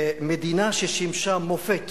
מדינה ששימשה מופת